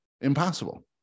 Impossible